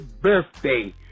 birthday